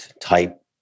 type